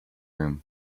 room